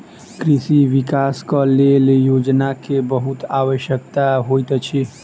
कृषि विकासक लेल योजना के बहुत आवश्यकता होइत अछि